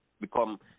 become